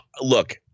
Look